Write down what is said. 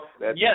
yes